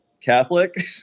Catholic